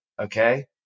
Okay